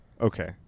Okay